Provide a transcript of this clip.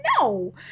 no